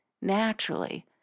naturally